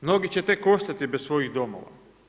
Mnogi će tek ostati bez svojih domova.